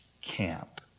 camp